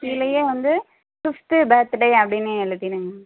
கீழேயே வந்து fifth birthday அப்படின்னு எழுதிடுங்க